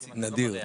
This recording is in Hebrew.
מיטיב.